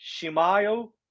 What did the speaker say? Shimayo